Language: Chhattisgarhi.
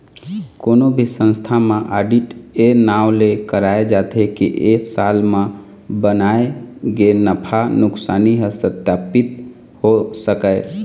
कोनो भी संस्था म आडिट ए नांव ले कराए जाथे के ए साल म बनाए गे नफा नुकसानी ह सत्पापित हो सकय